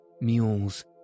mules